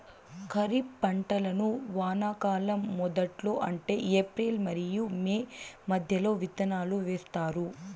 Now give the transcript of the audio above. ఖరీఫ్ పంటలను వానాకాలం మొదట్లో అంటే ఏప్రిల్ మరియు మే మధ్యలో విత్తనాలు వేస్తారు